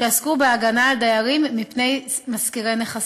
שעסקו בהגנה על דיירים מפני משכירי נכסים.